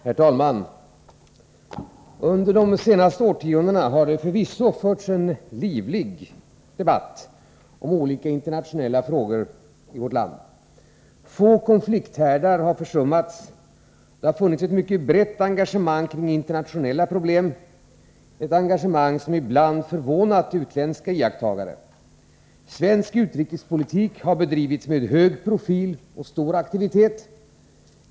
Herr talman! Under de senaste årtiondena har det förvisso förts en livlig debatt om olika internationella frågor i vårt land. Få konflikthärdar har försummats. Det har funnits ett mycket brett engagemang kring internationella problem — ett engagemang som ibland förvånat utländska iakttagare. Svensk utrikespolitik har bedrivits med hög profil och stor aktivitet.